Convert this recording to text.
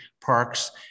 parks